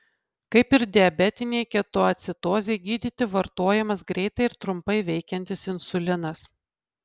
kaip ir diabetinei ketoacidozei gydyti vartojamas greitai ir trumpai veikiantis insulinas